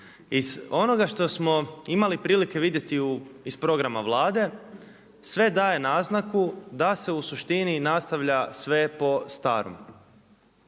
Iz onoga što smo imali prilike vidjeti iz programa Vlade sve daje naznaku da se u suštini nastavlja sve po starom.